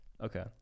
Okay